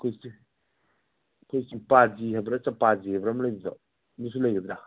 ꯑꯩꯈꯣꯏ ꯆꯤꯝꯄꯥꯟꯖꯤ ꯍꯥꯏꯕꯔꯥ ꯆꯥꯄꯥꯖꯤ ꯍꯥꯏꯕ꯭ꯔꯥ ꯑꯃ ꯂꯩꯕꯗꯣ ꯑꯗꯨꯁꯨ ꯂꯩꯒꯗ꯭ꯔꯥ